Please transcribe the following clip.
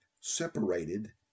separated